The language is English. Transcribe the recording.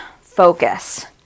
focus